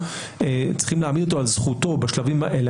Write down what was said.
צריכים להעמיד אותו על זכותו בשלבים האלה,